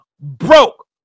broke